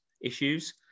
issues